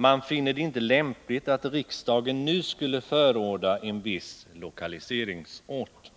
Man finner det inte lämpligt att riksdagen nu skulle förorda en viss lokaliseringsort.